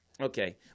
okay